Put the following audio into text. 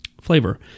Flavor